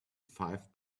five